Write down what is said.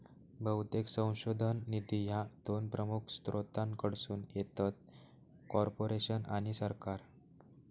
बहुतेक संशोधन निधी ह्या दोन प्रमुख स्त्रोतांकडसून येतत, कॉर्पोरेशन आणि सरकार